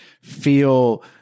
feel